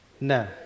No